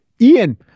Ian